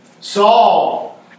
Saul